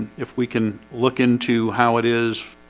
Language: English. if we can look into how it is,